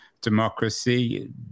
democracy